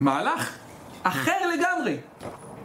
היי, מה קורה?